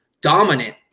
dominant